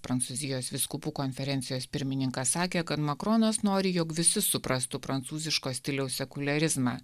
prancūzijos vyskupų konferencijos pirmininkas sakė kad makronas nori jog visi suprastų prancūziško stiliaus sekuliarizmą